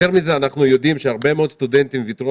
אנחנו יודעים שהרבה מאוד סטודנטים ויתרו